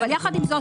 אבל יחד עם זאת,